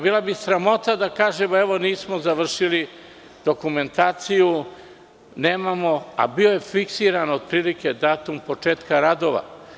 Bila bi sramota da kažemo – evo, nismo završili dokumentaciju, nemamo, a bio je fiksiran otprilike datum početka radova.